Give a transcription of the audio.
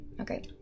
Okay